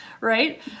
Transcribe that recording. right